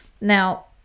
Now